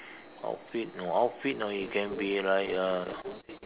outfit you know outfit you know it can be like uh